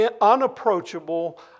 unapproachable